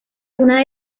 una